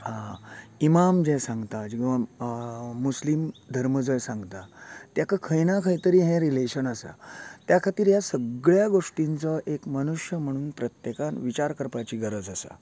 आ ईमाम जे सांगता मुस्लीम धर्म जो सांगता त्याका खंय ना खंय तरी हे रिलेशन आसा त्या खातीर ह्या सगळ्या गोष्टींचो मनुष्य म्हणून प्रत्येकाक विचार करपाची गरज आसा